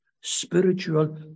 spiritual